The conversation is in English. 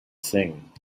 thing